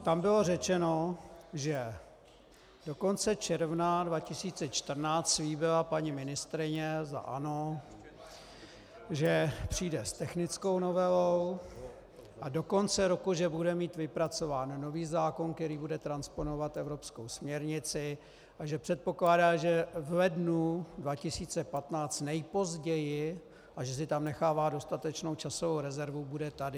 Tam bylo řečeno, do konce června 2014 slíbila paní ministryně za ANO, že přijde s technickou novelou a do konce roku že bude mít vypracován nový zákon, který bude transponovat evropskou směrnici, že předpokládá, že v lednu 2015 nejpozději, a že si tam nechává dostatečnou časovou rezervu, bude tady.